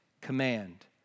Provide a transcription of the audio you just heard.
command